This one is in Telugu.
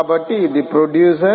కాబట్టి ఇధి ప్రొడ్యూసర్